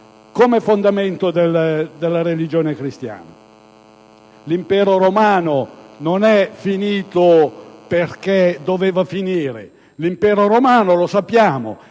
è il fondamento della religione cristiana. L'impero romano non è finito perché doveva finire: è caduto - lo sappiamo